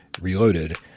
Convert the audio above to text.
reloaded